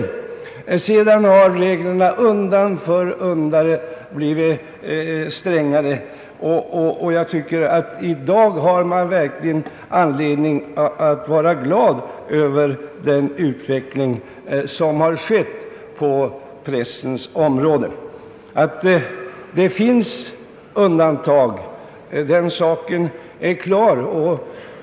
Reglerna har sedan undan för undan blivit strängare, och jag tycker att man i dag verkligen har anledning att vara glad över utvecklingen på pressens område. Det finns undantag, den saken är klar.